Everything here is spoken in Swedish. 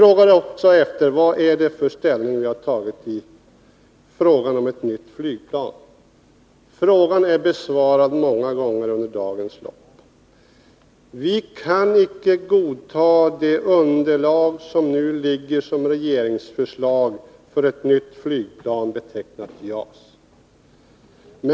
Eva Hjelmström frågade också vilken ställning vi tagit när det gäller ett nytt flygplan. Frågan har besvarats många gånger under dagens lopp. Vi kan icke godta det underlag som nu ligger som regeringens förslag för ett nytt flygplan, betecknat JAS.